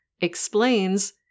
explains